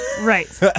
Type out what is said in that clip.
right